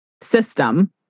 system